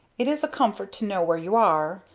it is a comfort to know where you are,